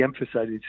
emphasized